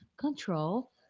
control